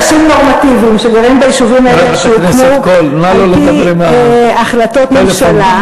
אנשים נורמטיביים שגרים ביישובים האלה שהוקמו על-פי החלטות ממשלה,